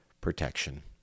protection